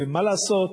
ומה לעשות,